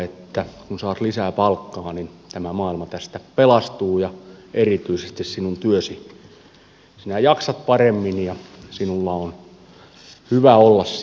kun saat lisää palkkaa niin tämä maailma tästä pelastuu ja erityisesti sinun työsi sinä jaksat paremmin ja sinulla on hyvä olla siellä töissä